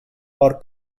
are